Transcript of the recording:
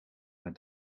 maar